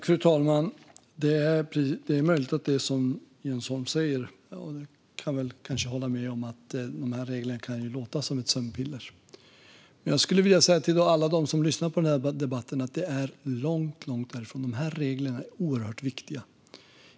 Fru talman! Det är möjligt att det är som Jens Holm säger, och jag kan väl kanske hålla med om att det kan låta som att de här reglerna är som sömnpiller. Men jag skulle vilja säga till alla som lyssnar på den här debatten att det är långt, långt därifrån, för de här reglerna är oerhört viktiga.